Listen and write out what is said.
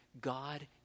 God